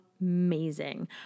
amazing